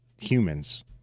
Humans